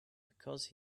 because